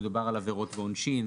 מדובר על עבירות ועונשין.